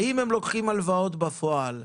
האם הם לוקחים הלוואות בפועל?